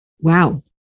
Wow